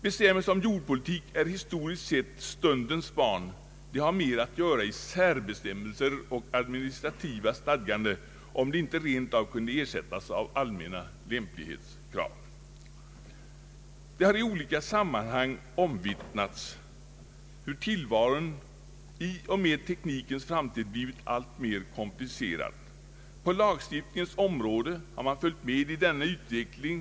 Bestämmelser om jordpolitik är historiskt sett stundens barn, de har mer att göra i särbestämmelser och administrativa stadganden, om de inte rent av kunde ersättas av allmänna lämplighetskrav. Det har i olika sammanhang omvittnats, hur tillvaron i och med teknikens framsteg blivit alltmer komplicerad. På lagstiftningens område har man följt med i denna utveckling ge Ang.